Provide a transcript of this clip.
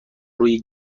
روی